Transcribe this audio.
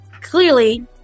clearly